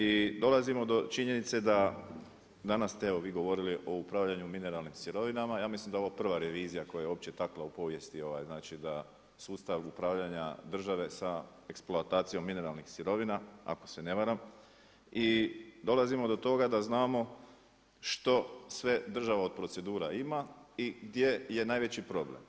I dolazimo do činjenice da danas ste evo vi govorili o upravljanju mineralnim sirovinama, ja mislim da je ovo prva revizija koja je uopće takla u povijesti da sustav upravljanja države sa eksploatacijom mineralnih sirovina ako se ne varam i dolazimo do toga da znamo što sve država od procedura ima i gdje je najveći problem.